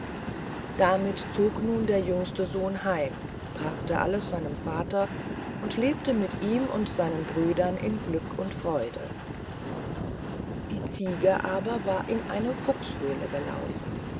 damit zog nun der jüngste sohn heim brachte alles seinem vater und lebte mit ihm und seinen brüdern in glück und freude die ziege aber war in eine fuchshöhle gelaufen